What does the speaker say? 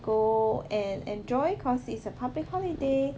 go and enjoy cause it's a public holiday